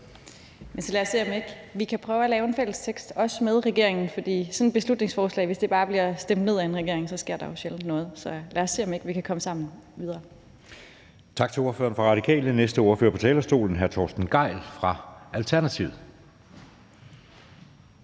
vi kan prøve at lave en fælles tekst også med regeringen. For hvis sådan et beslutningsforslag bare bliver stemt ned af en regering, sker der jo sjældent noget. Så lad os se, om ikke vi kan komme videre